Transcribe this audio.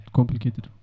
Complicated